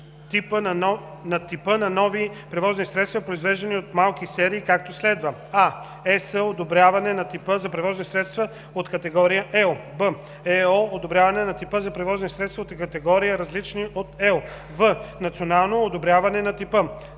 на нови превозни средства, произвеждани в малки серии, както следва: а) ЕС одобряване на типа – за превозни средства от категория L; б) ЕО одобряване на типа – за превозни средства от категории, различни от L; в) национално одобряване на типа;